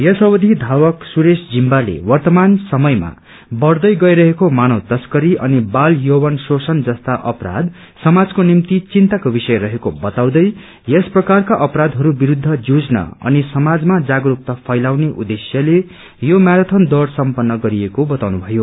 यस अवधि धावक सुरेश जिम्बाले वर्तमान समयमा बढ़दै गइरहेको मानव तस्करी अनि बाल यौवन शोषण जस्ता अपराध समाजको निम्ति विन्ताको विषय रहेको बताउँदै यस प्रकारका अपराषहरू विरूद्ध जुझ्न अनि समाजमा जागस्कता फैलाउने उद्देश्यले यो म्याराथन दौड़ सम्पन्र गरिएको बताउनुभयो